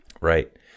Right